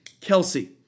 Kelsey